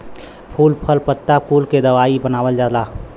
फल फूल पत्ता कुल के दवाई बनावल जाला